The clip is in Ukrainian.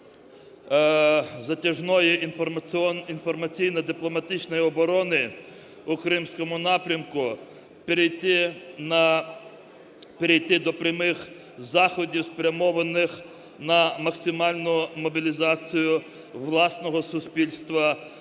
затяжної інформаційно-дипломатичної оборони у кримському напрямку перейти до прямих заходів, спрямованих на максимальну мобілізацію власного суспільства та